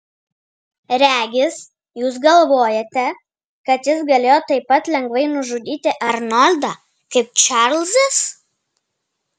regis jūs galvojate kad jis galėjo taip pat lengvai nužudyti arnoldą kaip čarlzas